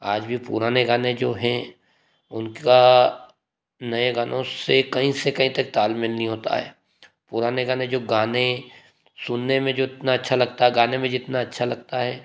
आज भी पुराने गाने जो हैं उनका नए गानों से कई से का तक तालमेल नहीं होता है पुराने गाने जो गाने सुनने में जो इतना अच्छा लगता है गाने में जितना अच्छा लगता है